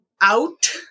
out